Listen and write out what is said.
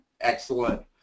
excellent